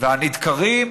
והנדקרים?